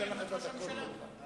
אתן לך את הדקות כמובן.